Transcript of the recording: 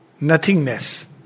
nothingness